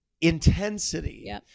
intensity